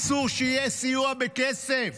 אסור שיהיה סיוע בכסף.